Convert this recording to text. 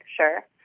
sure